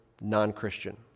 non-Christian